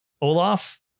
Olaf